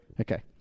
Okay